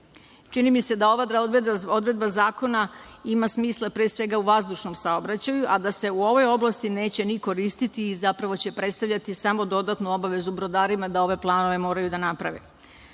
Čini mi se da ova odredba zakona ima smisla pre svega u vazdušnom saobraćaju, a da se u ovoj oblasti neće ni koristiti i zapravo će predstavljati samo dodatnu obavezu brodarima da ove planove moraju da naprave.Za